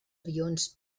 avions